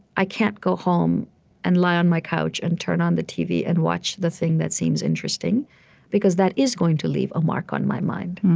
i can't go home and lie on my couch and turn on the tv and watch the thing that seems interesting because that is going to leave a mark on my mind.